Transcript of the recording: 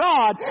God